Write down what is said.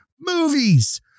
Movies